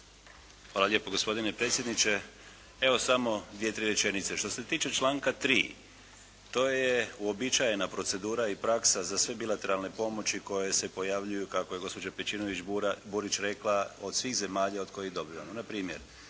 Hvala lijepo gospodine predsjedniče. Evo samo dvije-tri rečenice. Što se tiče članka 3. to je uobičajena procedura i praksa za sve bilateralne pomoći koje se pojavljuju kako je gospođa Pejčinović-Burić rekla, od svih zemalja od kojih dobivamo.